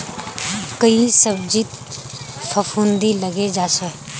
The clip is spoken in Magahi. कई सब्जित फफूंदी लगे जा छे